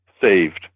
saved